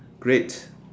great